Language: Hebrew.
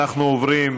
אנחנו עוברים,